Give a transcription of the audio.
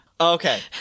Okay